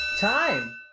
time